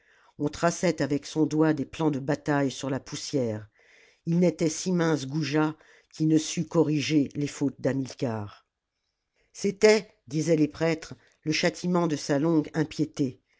on traçait avec son doigt des plans de bataille sur la poussière il n'était si mince goujat qui ne sût corriger les fautes d'hamilcar c'était disaient les prêtres le châtiment de sa longue impiété